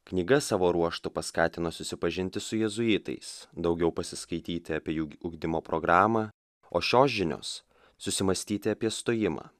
knyga savo ruožtu paskatino susipažinti su jėzuitais daugiau pasiskaityti apie ugdymo programą o šios žinios susimąstyti apie stojimą